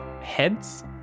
heads